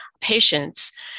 patients